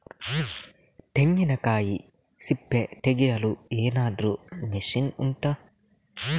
ತೆಂಗಿನಕಾಯಿ ಸಿಪ್ಪೆ ತೆಗೆಯಲು ಏನಾದ್ರೂ ಮಷೀನ್ ಉಂಟಾ